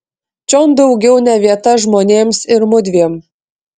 čion daugiau ne vieta žmonėms ir mudviem